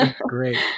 great